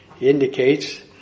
indicates